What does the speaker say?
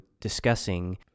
discussing